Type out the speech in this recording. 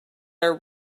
are